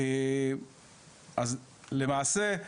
אז, למעשה,